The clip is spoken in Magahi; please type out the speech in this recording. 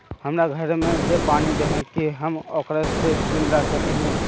हमरा घर में जे पानी दे है की हम ओकरो से बिल ला सके हिये?